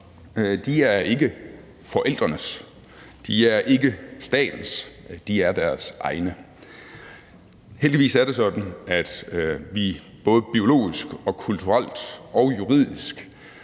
De er ikke forældrenes, de er ikke statens; de er deres egne. Heldigvis er det sådan, at vi både biologisk og kulturelt og juridisk